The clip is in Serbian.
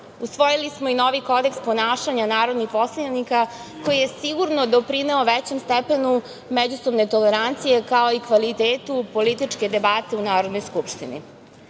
smo i novi Kodeks ponašanja narodnih poslanika, koji je sigurno doprineo većem stepenu međusobne tolerancije, kao i kvalitetu političke debate u Narodnoj skupštini. Narodna